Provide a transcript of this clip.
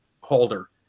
holder